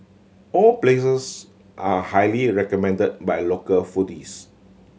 all places are highly recommend by local foodies